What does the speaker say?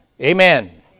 Amen